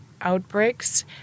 outbreaks